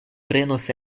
prenos